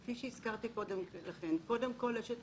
כפי שהזכרתי קודם, יש את